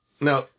Now